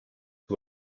who